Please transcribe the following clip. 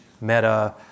meta